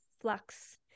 flux